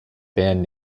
band